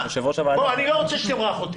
יושב-ראש הוועדה, --- אני לא רוצה שתמרח אותי.